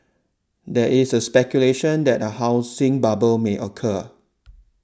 there is speculation that a housing bubble may occur